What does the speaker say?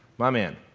my man.